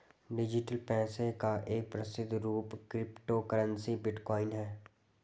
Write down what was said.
digital पैसे का एक प्रसिद्ध रूप क्रिप्टो करेंसी बिटकॉइन है